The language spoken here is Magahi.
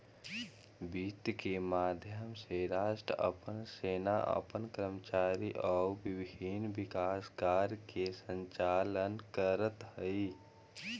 वित्त के माध्यम से राष्ट्र अपन सेना अपन कर्मचारी आउ विभिन्न विकास कार्य के संचालन करऽ हइ